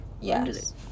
Yes